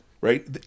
right